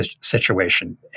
situation